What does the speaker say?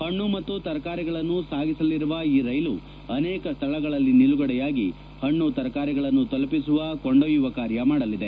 ಹಣ್ಣು ಮತ್ತು ತರಕಾರಿಗಳನ್ನು ಸಾಗಿಸಲಿರುವ ಈ ರೈಲು ಅನೇಕ ಸ್ಥಳಗಳಲ್ಲಿ ನಿಲುಗಡೆಯಾಗಿ ಹಣ್ಲು ತರಕಾರಿಗಳನ್ನು ತಲುಪಿಸುವ ಕೊಂಡೊಯ್ಯುವ ಕಾರ್ಯ ಮಾಡಲಿದೆ